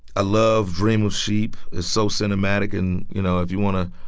a love dream of sheep. is so cinematic and you know if you want to.